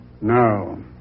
No